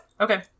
Okay